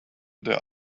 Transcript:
their